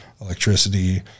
electricity